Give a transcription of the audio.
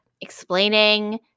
explaining